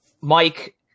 Mike